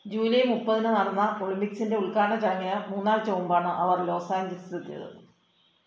July മുപ്പതിന് നടന്ന ഒളിമ്പിക്സിൻ്റെ ഉദ്ഘാടന ചടങ്ങിന് മൂന്നാഴ്ച മുമ്പാണ് അവർ ലോസ് ഏഞ്ചൽസിൽ എത്തിയത്